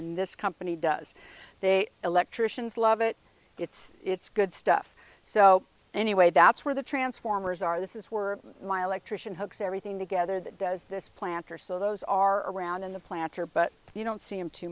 and this company does they electricians love it it's it's good stuff so anyway that's where the transformers are this is were my electrician hooks everything together that does this planter so those are around in the planter but you don't see him too